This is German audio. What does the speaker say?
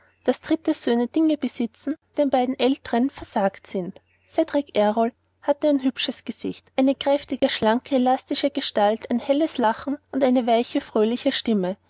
daß dritte söhne dinge besitzen die den beiden älteren versagt sind cedrik errol hatte ein hübsches gesicht eine kräftige schlanke elastische gestalt ein helles lachen und eine weiche fröhliche stimme